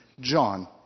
John